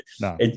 No